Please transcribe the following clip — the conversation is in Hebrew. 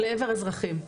לעבר אזרחים,